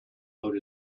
out